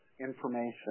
information